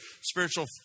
spiritual